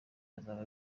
azaba